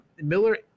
Miller